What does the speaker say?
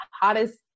hottest